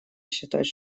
считать